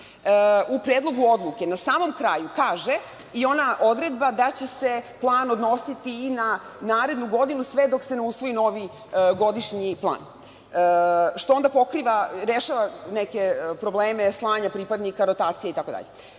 u predlogu odluke, na samom kraju kaže i ona odredba da će se plan odnositi i na narednu godinu sve dok se ne usvoji novi godišnji plan, što onda pokriva, rešava neke probleme slanja pripadnika, rotacija itd.